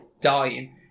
dying